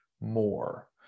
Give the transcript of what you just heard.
more